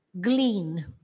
glean